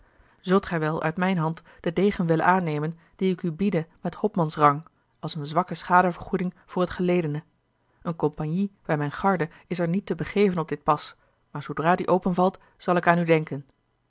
zult gij wel uit mijne hand den degen willen aannemen dien ik u biede met hopmansrang als eene zwakke schadevergoeding voor het geledene eene compagnie bij mijne garde is er niet te begeven op dit pas maar zoodra die openvalt zal ik aan u denken